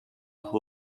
who